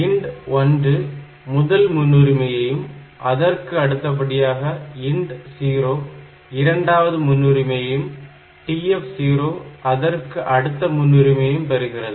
இங்கு INT1 முதல் முன்னுரிமையும் அதற்கு அடுத்தபடியாக INT0 இரண்டாவது முன்னுரிமையும் TF0 அதற்கு அடுத்த முன்னுரிமையையும் பெறுகிறது